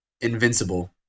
invincible